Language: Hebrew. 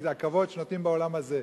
מהכבוד שנותנים בעולם הזה.